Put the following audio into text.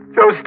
Joe